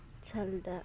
ꯁꯜꯗ